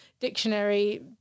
Dictionary